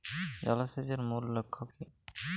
জল সেচের মূল লক্ষ্য কী?